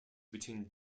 between